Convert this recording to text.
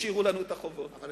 לא.